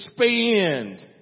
expand